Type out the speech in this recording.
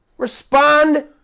Respond